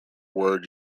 word